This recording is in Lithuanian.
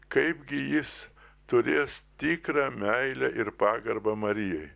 kaipgi jis turės tikrą meilę ir pagarbą marijai